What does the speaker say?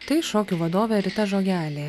tai šokių vadovė rita žogelė